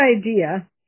idea